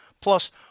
Plus